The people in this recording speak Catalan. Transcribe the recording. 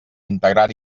integrar